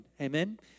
amen